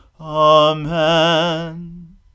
Amen